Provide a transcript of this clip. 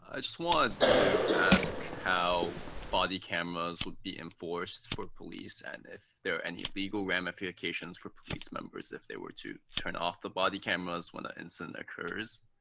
i just want to ask how body cameras would be enforced for police and if there are any legal ramifications for police members if they were to turn off the body cameras when an ah incident occurs.